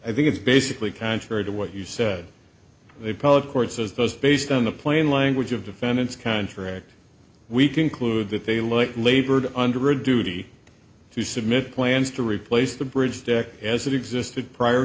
i think it's basically contrary to what you said they probably courts as those based on the plain language of defendants contract we conclude that they like labored under a duty to submit plans to replace the bridge deck as it existed prior